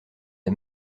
des